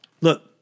Look